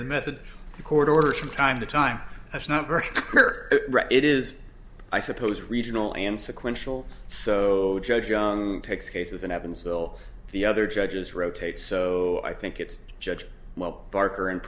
the method the court orders from time to time that's not very clear it is i suppose regional and sequential so the judge young takes cases in evansville the other judges rotate so i think it's judge well barker and